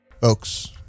Folks